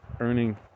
earning